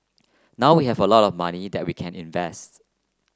now we have a lot of money that we can invests